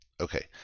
okay